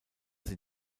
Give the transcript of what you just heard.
sie